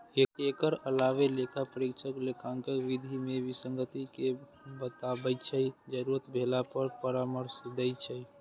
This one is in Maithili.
एकर अलावे लेखा परीक्षक लेखांकन विधि मे विसंगति कें बताबै छै, जरूरत भेला पर परामर्श दै छै